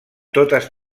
totes